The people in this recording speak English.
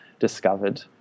discovered